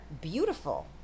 beautiful